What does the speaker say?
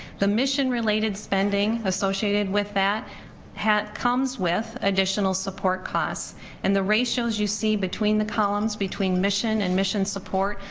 the mission related spending associated with that comes with additional support costs and the ratios you see between the columns, between mission and mission support,